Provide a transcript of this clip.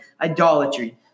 idolatry